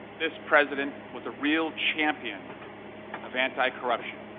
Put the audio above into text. this president was a real champion of anticorruption.